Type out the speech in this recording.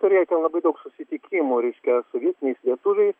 turėjau ten labai daug susitikimų reiškia su vietiniais lietuviais